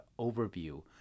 overview